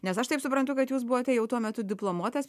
nes aš taip suprantu kad jūs buvote jau tuo metu diplomuotas